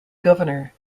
governor